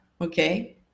okay